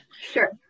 Sure